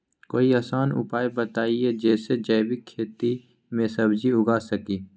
कोई आसान उपाय बताइ जे से जैविक खेती में सब्जी उगा सकीं?